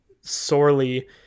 sorely